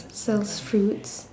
sells fruits